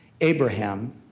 Abraham